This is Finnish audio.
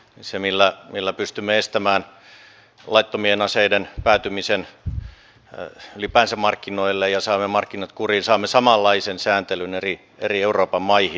se millä pystymme estämään laittomien aseiden päätymisen ylipäänsä markkinoille ja saamme markkinat kuriin saamme samanlaisen sääntelyn eri euroopan maihin